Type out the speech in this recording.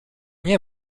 nie